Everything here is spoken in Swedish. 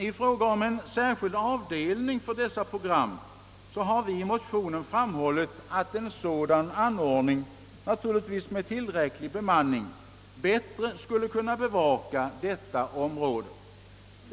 I fråga om en särskild avdelning för dessa program har vi i motionen framhållit att en sådan — naturligtvis med tillräcklig bemanning — bättre skulle kunna bevaka detta område.